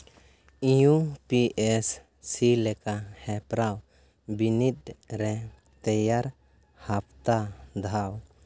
U ᱮᱯ ᱥᱤ ᱞᱮᱠᱟ ᱦᱮᱯᱨᱟᱣ ᱵᱤᱱᱤᱰ ᱨᱮ ᱛᱮᱭᱟᱨ ᱦᱟᱯᱛᱟ ᱫᱷᱟᱣ